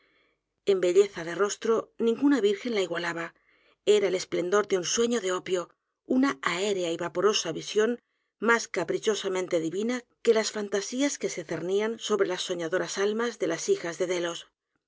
en belleza de rostro ninguna virgen la igualaba era el esplendor de un sueño de opio una aérea y vaporosa visión más caprichosamente divina que las fantasías que se cernían sobre las soñadoras almas de las hijas de délos